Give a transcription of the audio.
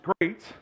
great